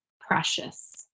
precious